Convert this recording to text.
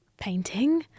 painting